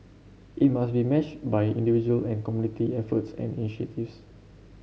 it must be matched by individual and community efforts and initiatives